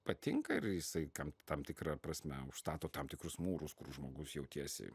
patinka ir jisai tam tam tikra prasme užstato tam tikrus mūrus kur žmogus jautiesi